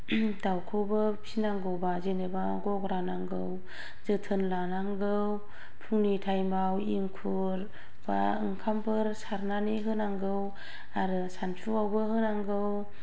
दाउखौबो फिसिनांगौब्ला जेनेबा गग्रा नांगौ जोथोन लानांगौ फुंनि टाइमाव एंखुर बा ओंखामफोर सारनानै होनांगौ आरो सानजौफुआवबो होनांगौ